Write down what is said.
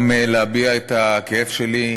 גם להביע את הכאב שלי,